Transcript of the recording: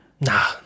Nah